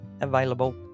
available